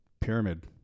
pyramid